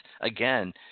again